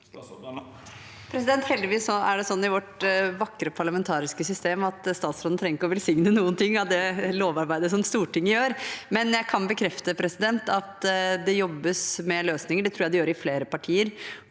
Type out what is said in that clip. Heldigvis er det slik i vårt vakre parlamentariske system at statsråden ikke trenger å velsigne noe av det lovarbeidet som Stortinget gjør. Men jeg kan bekrefte at det jobbes med løsninger – det tror jeg det gjør i flere partier,